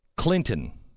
Clinton